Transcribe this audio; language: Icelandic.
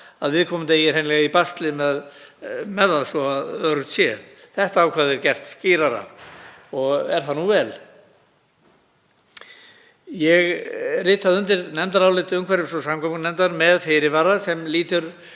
að viðkomandi á hreinlega í basli með það svo öruggt sé. Það ákvæði er gert skýrara og er það vel. Ég ritaði undir nefndarálit umhverfis- og samgöngunefndar með fyrirvara sem lýtur